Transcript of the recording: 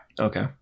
okay